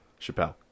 Chappelle